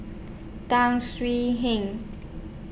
Tan Swie Hian